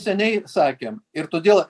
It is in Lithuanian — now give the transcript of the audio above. seniai sakėm ir todėl